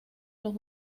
los